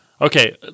Okay